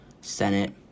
senate